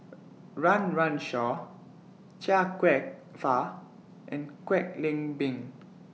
Run Run Shaw Chia Kwek Fah and Kwek Leng Beng